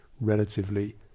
relatively